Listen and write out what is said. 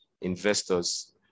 investors